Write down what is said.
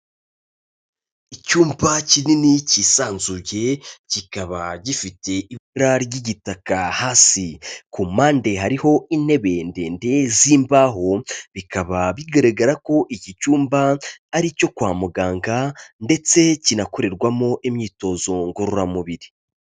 Icyumba kinini kisanzuye, kikaba gifite iba ry'igitaka hasi, ku mpande hariho intebe ndende z'imbaho, bikaba bigaragara ko iki cyumba ari icyo kwa muganga ndetse kinakorerwamo imyitozo ngororamubiri.